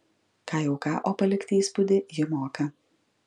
ką jau ką o palikti įspūdį ji moka